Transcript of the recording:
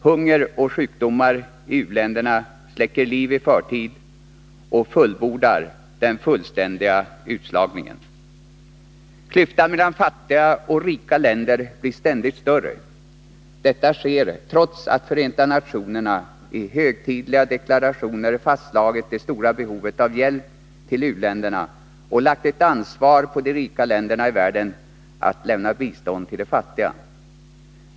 Hunger och sjukdomar i u-länderna släcker liv i förtid och fullbordar den fullständiga utslagningen. Klyftan mellan fattiga och rika länder blir ständigt större. Detta sker trots att Förenta nationerna i högtidliga deklarationer fastslagit det stora behovet av hjälp till u-länderna och lagt ett ansvar på de rika länderna i världen att lämna bistånd till de fattiga.